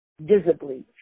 visibly